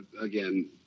again